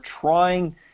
trying